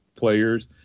players